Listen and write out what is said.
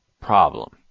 problem